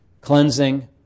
cleansing